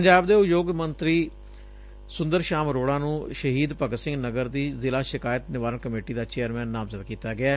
ਪੰਜਾਬ ਦੇ ਉਦਯੋਗ ਮੰਤਰੀ ਸੂੰਦਰ ਸ਼ਾਮ ਅਰੋੜਾ ਨੂੰ ਸ਼ਹੀਦ ਭਗਤ ਸਿੰਘ ਨਗਰ ਦੀ ਜ਼ਿਲ੍ਹਾ ਸ਼ਿਕਾਇਤ ਨਿਵਾਰਣ ਕਮੇਟੀ ਦਾ ਚੇਅਰਮੈਨ ਨਾਮਜ਼ਦ ਕੀਤਾ ਗਿਐ